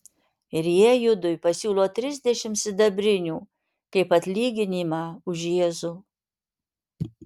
ir jie judui pasiūlo trisdešimt sidabrinių kaip atlyginimą už jėzų